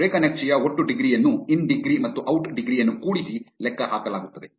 ರೇಖಾ ನಕ್ಷೆಯ ಒಟ್ಟು ಡಿಗ್ರಿ ಯನ್ನು ಇನ್ ಡಿಗ್ರಿ ಮತ್ತು ಔಟ್ ಡಿಗ್ರಿ ಯನ್ನು ಕೂಡಿಸಿ ಲೆಕ್ಕ ಹಾಕಲಾಗುತ್ತದೆ